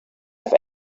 have